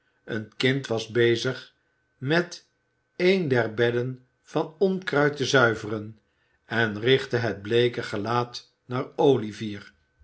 een kind was bezig met een der bedden van onkruid te zuiveren en richtte het bleeke gelaat naar olivier